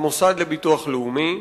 המוסד לביטוח לאומי,